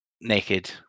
naked